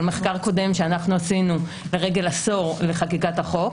אבל מחקר קודם שעשינו לרגל עשור לחקיקת החוק